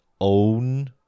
own